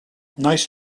nice